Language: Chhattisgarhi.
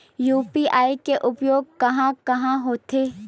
यू.पी.आई के उपयोग कहां कहा होथे?